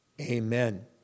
Amen